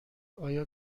آیا